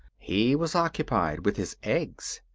he was occupied with his eggs.